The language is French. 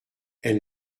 elle